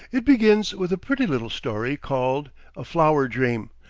it begins with a pretty little story called a flower dream,